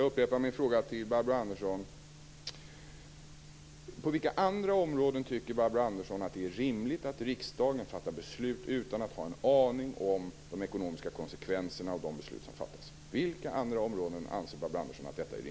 Jag upprepar min fråga till Barbro Andersson: På vilka andra områden tycker Barbro Andersson att det är rimligt att riksdagen fattar beslut utan att ha en aning om de ekonomiska konsekvenserna av de beslut som fattas?